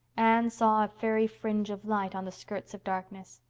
anne saw a fairy fringe of light on the skirts of darkness.